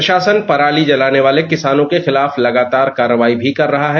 प्रशासन पराली जलाने वाले किसानों के खिलाफ लगातार कार्रवाई भी कर रहा है